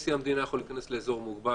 נשיא המדינה יכול להיכנס לאזור מוגבל,